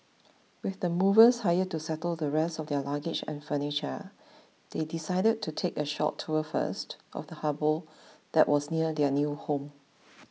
with the movers hired to settle the rest of their luggage and furniture they decided to take a short tour first of the harbour that was near their new home